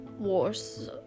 wars